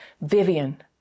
Vivian